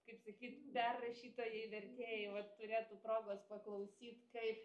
kaip sakyt perrašytojai vertėjai vat turėtų progos paklausyt kaip